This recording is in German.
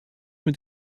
mit